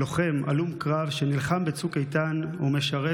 לוחם הלום קרב שנלחם בצוק איתן ומשרת